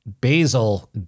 Basil